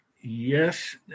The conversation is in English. Yes